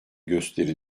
gösteri